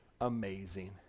amazing